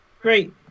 Great